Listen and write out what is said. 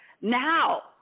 now